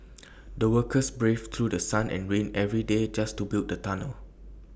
the workers braved through The Sun and rain every day just to build the tunnel